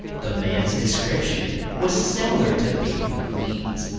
the man's description was similar to faith maclean's.